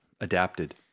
adapted